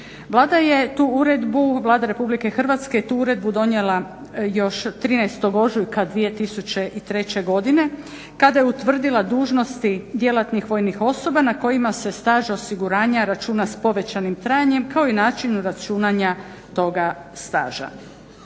toga staža. Vlada Republike Hrvatske je tu uredbu donijela još 13. ožujka 2003. godine kada je utvrdila dužnosti djelatnih vojnih osoba na kojima se staž osiguranja računa s povećanim trajanjem, kao i načinu računanja toga staža.